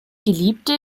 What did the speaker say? geliebte